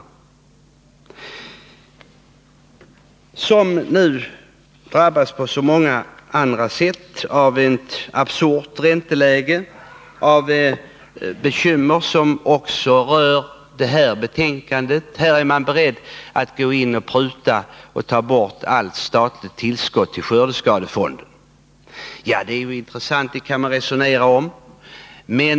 Dessa grupper drabbas nu på så många andra sätt av ett absurt ränteläge, av bekymmer som också berörs i det här betänkandet. Men socialdemokraterna är beredda att pruta och ta bort allt statligt tillskott till skördeskadefonden. Frågan är intressant, och man kan resonera om den.